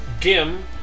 Gim